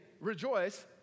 rejoice